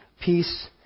Peace